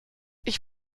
ich